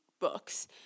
books